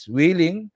willing